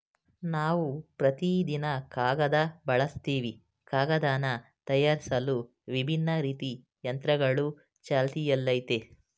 ನಾವು ಪ್ರತಿದಿನ ಕಾಗದ ಬಳಸ್ತಿವಿ ಕಾಗದನ ತಯಾರ್ಸಲು ವಿಭಿನ್ನ ರೀತಿ ಯಂತ್ರಗಳು ಚಾಲ್ತಿಯಲ್ಲಯ್ತೆ